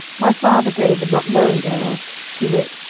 my father david not knowing thereof, to wit,